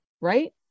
right